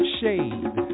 shade